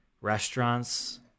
restaurants